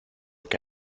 que